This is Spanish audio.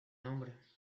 nombre